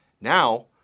Now